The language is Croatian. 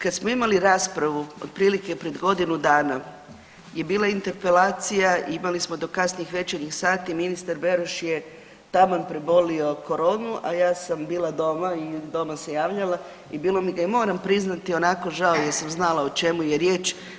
Kad smo imali raspravu otprilike pred godinu dana je bila interpelacija i imali smo do kasnih večernjih sati, ministar Beroš je taman prebolio koronu, a ja sam bila doma i od doma se javljala i bilo mi ga je moram priznati onako žao jer sam znala o čemu je riječ.